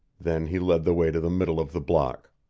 then he led the way to the middle of the block.